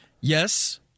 yes